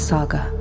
Saga